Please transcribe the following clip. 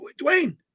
Dwayne